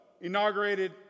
inaugurated